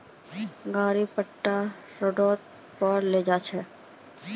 गाड़ी पट्टा रो पर ले जा छेक